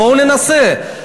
בואו ננסה.